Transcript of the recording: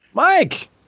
Mike